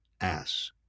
ass